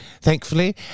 Thankfully